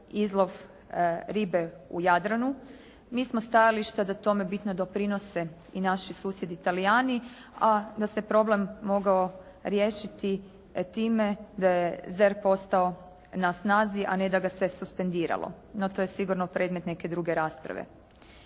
izlov ribe u Jadranu. Mi smo stajališta da tome bitno doprinose i naši susjedi Talijani, a da se problem mogao riješiti time da je ZERP ostao na snazi a ne da ga se suspendiralo, no to je sigurno predmet neke druge rasprave.